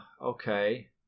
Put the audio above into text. Okay